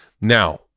now